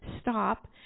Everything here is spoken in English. stop